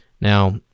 Now